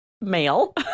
male